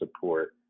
support